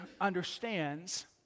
understands